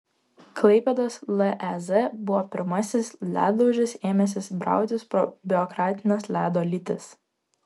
klaipėdos lez buvo pirmasis ledlaužis ėmęsis brautis pro biurokratines ledo lytis